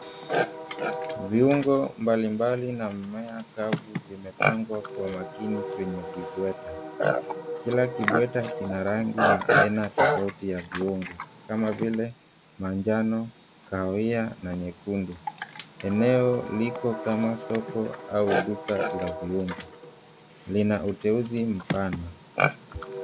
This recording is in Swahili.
Viungo mbalimbali na mimea kavu imepangwa kwa makini kwenye kibweta. Kila kibweta kina rangi na aina tofauti ya viungo kama vile manjano, kahawia na nyekundu. Eneo liko kama soko au duka la viungu, lina uteuzi mpana.